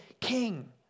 king